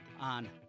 on